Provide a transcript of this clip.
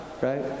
right